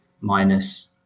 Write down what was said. minus